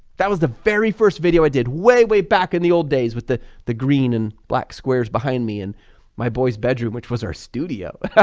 that was the very first video i did way way back in the old days with the the green and black squares behind me and my boy's bedroom which was our studio,